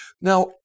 Now